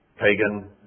pagan